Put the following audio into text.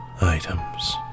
items